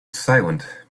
silent